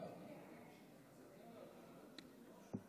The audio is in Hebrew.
אדוני היושב-ראש,